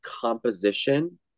composition